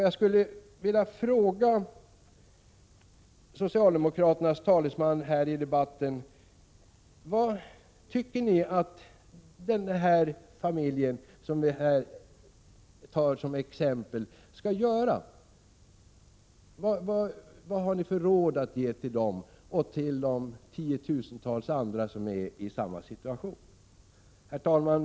Jag skulle vilja fråga socialdemokraternas talesman i den här debatten: Vad tycker ni att denna familj skall göra? Vad har ni för råd att ge dem och de tiotusentals andra som är i samma situation? Herr talman!